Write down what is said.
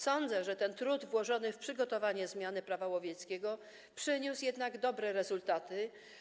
Sądzę, że trud włożony w przygotowanie zmiany Prawa łowieckiego przyniósł jednak dobre rezultaty.